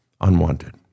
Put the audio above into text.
unwanted